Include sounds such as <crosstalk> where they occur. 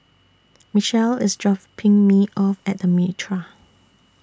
Michell IS <unintelligible> Me off At The Mitraa